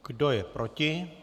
Kdo je proti?